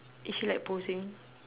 is she like posing